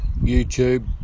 YouTube